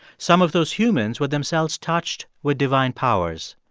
some of those humans were themselves touched with divine powers.